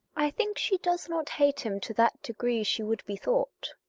i think she does not hate him to that degree she would be thought.